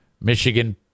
Michigan